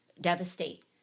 devastate